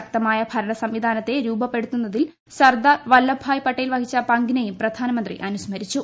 ശക്തമായ ഭരണസംവിധാനത്തെ രൂപപ്പെടുത്തുന്നതിൽ സർദാർ വല്പഭായി പട്ടേൽ വഹിച്ച പങ്കിനെയും പ്രധാനമന്ത്രി അനുസ്മരിച്ചു